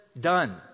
done